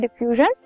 diffusion